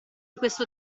questo